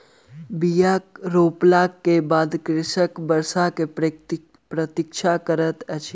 बीया रोपला के बाद कृषक वर्षा के प्रतीक्षा करैत अछि